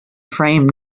frame